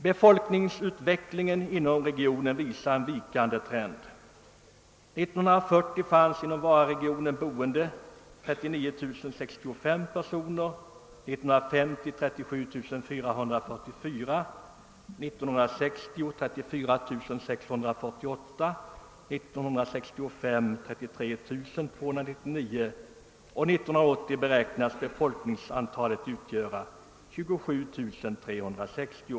Befolkningsutvecklingen inom regionen visar en vikande trend. År 1940 bodde inom Vararegionen 39065 personer. År 1950 var befolkningsantalet 37 444, år 1960 var det 34648 och år 1965 uppgick det till 33299. år 1980 beräknas det utgöra 27 360.